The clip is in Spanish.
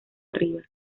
arriba